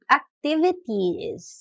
activities